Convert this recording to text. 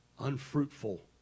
unfruitful